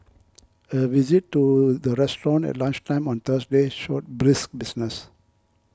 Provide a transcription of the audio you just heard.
a visit to the restaurant at lunchtime on Thursday showed brisk business